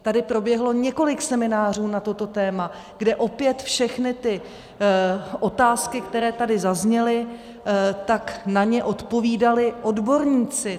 Tady proběhlo několik seminářů na toto téma, kde opět všechny otázky, které tady zazněly, tak na ně odpovídali odborníci.